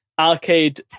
arcade